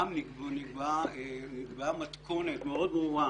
שם נקבעה מתכונות מאוד ברורה